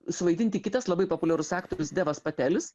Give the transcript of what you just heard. suvaidinti kitas labai populiarus aktorius devas patelis